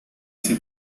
ese